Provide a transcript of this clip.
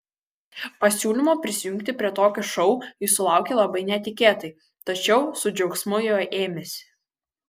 pasiūlymo prisijungti prie tokio šou jis sulaukė labai netikėtai tačiau su džiaugsmu jo ėmėsi